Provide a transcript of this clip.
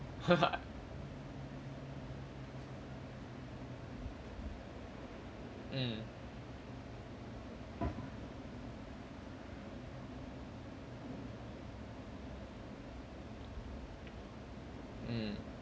mm mm